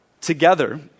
Together